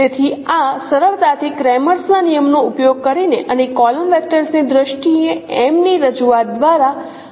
તેથી આ સરળતાથી ક્રેમર્સ crammers' ના નિયમનો ઉપયોગ કરીને અને કોલમ વેક્ટર્સ ની દ્રષ્ટિએ M ની રજૂઆત દ્વારા વ્યક્ત કરી શકાય છે